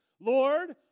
Lord